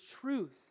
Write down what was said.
truth